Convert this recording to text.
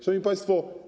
Szanowni Państwo!